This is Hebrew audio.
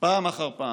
פעם אחר פעם,